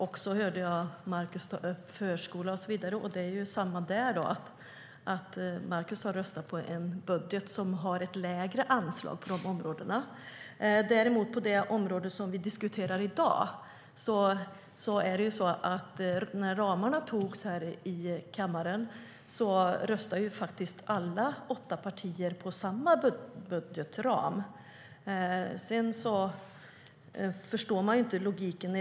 Markus Wiechel tog också upp förskola med mera, och där är det samma sak. Markus har röstat för en budget som har ett lägre anslag på de områdena. När ramarna antogs här i kammaren röstade alla åtta partier på samma budgetram. Men sedan förstår jag inte logiken.